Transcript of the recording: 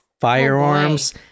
firearms